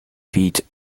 feet